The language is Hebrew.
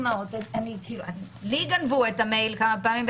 לי גנבו את המייל כמה פעמים,